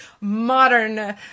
modern